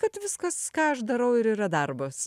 kad viskas ką aš darau ir yra darbas